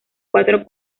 cuatro